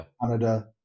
Canada